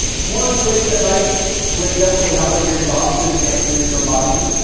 more insulation at night would definitely help if you're exhausted and can't produce your own body heat.